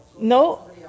No